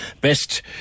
best